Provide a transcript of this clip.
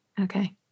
Okay